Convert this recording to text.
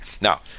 Now